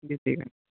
देते का